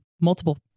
multiple